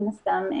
מן הסתם,